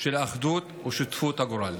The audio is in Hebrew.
של אחדות ושותפות הגורל.